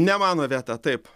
ne mano vieta taip